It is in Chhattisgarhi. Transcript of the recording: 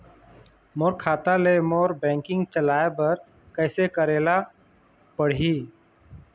मोर खाता ले मोर बैंकिंग चलाए बर कइसे करेला पढ़ही?